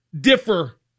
differ